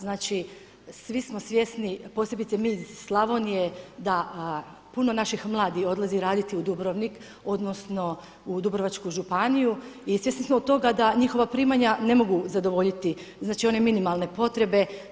Znači svi smo svjesni, posebice mi iz Slavonije da puno naših mladih odlazi raditi u Dubrovnik odnosno u Dubrovačku županiju i svjesni smo toga da njihova primanja ne mogu zadovoljiti znači one minimalne potrebe.